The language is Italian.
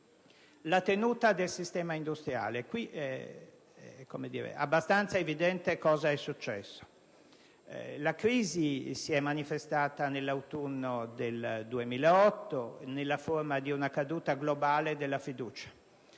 la tenuta del sistema industriale, è abbastanza evidente cosa è accaduto. La crisi si è manifestata nell'autunno del 2008 nella forma di una caduta globale della fiducia.